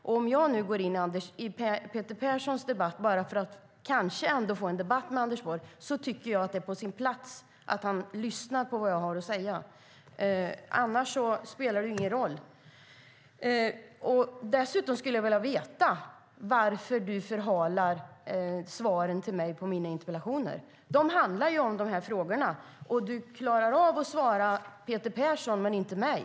Om jag går in i debatten med anledning av Peter Perssons interpellation, bara för att kanske ändå få en debatt med Anders Borg, tycker jag att det är på sin plats att han lyssnar på vad jag har att säga. Annars spelar det ingen roll. Dessutom skulle jag vilja veta varför Anders Borg förhalar svaren på mina interpellationer. De handlar om de här frågorna. Anders Borg klarar av att svara Peter Persson men inte mig.